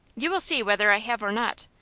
you will see whether i have or not.